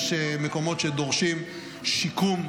יש מקומות שדורשים שיקום,